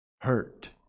hurt